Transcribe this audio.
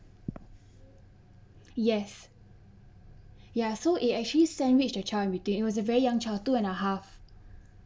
yes ya so it actually sandwich the child in between it was a very young child two and a half